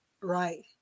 Right